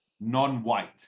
non-white